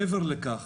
מעבר לכך,